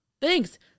Thanks